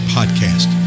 Podcast